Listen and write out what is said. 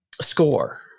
score